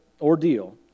ordeal